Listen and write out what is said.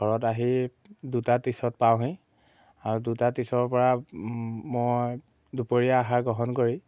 ঘৰত আহি দুটা ত্ৰিছত পাওঁহি আৰু দুটা ত্ৰিছৰ পৰা মই দুপৰীয়া আহাৰ গ্ৰহণ কৰি